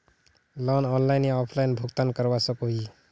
Loan online या offline भुगतान करवा सकोहो ही?